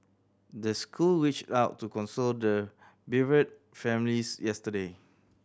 the school reached out to console the bereaved families yesterday